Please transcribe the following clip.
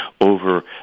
over